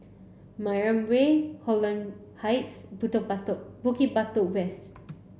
Mariam Way Holland Heights Butok Batok Bukit Batok West